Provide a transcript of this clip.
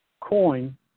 coin